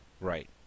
Right